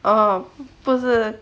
哦不是